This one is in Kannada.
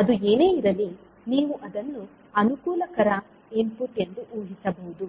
ಅದು ಏನೇ ಇರಲಿ ನೀವು ಅದನ್ನು ಅನುಕೂಲಕರ ಇನ್ಪುಟ್ ಎಂದು ಊಹಿಸಬಹುದು